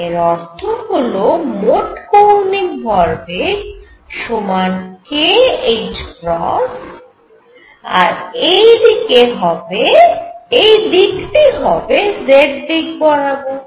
এর অর্থ হল মোট কৌণিক ভরবেগ সমান kℏ আর এই দিক হবে z দিক বরাবর